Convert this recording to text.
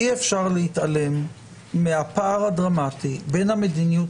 אי-אפשר להתעלם מהפער הדרמטי בין המדיניות